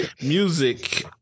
music